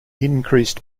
increased